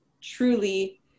truly